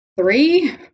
three